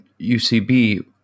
UCB